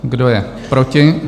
Kdo je proti?